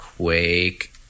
Quake